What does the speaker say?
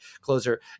closer